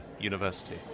university